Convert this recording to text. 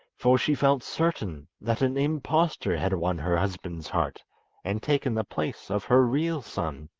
for she felt certain that an impostor had won her husband's heart and taken the place of her real son.